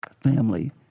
family